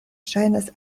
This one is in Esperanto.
ŝajnas